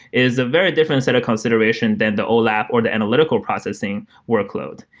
is a very different set of consideration than the olap or the analytical processing workload.